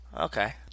Okay